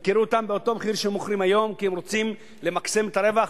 הם ימכרו אותן באותו מחיר שמוכרים היום כי הם רוצים למקסם את הרווח,